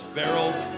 barrels